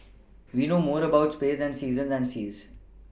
we know more about space than seasons and seas